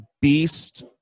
beast